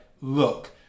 look